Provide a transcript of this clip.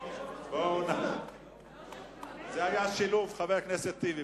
זה היה שילוב, חבר הכנסת טיבי.